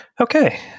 okay